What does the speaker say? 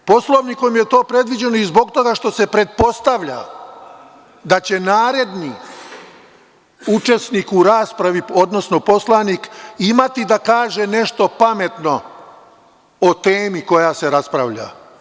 Poslovnikom je to predviđeno i zbog toga što se pretpostavlja da će naredni učesnik u raspravi odnosno poslanik imati da kaže nešto pametno o temi koja se raspravlja.